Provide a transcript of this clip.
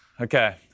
Okay